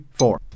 four